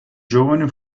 giovane